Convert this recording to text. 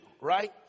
right